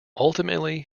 ultimately